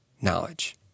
knowledge